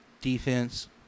Defense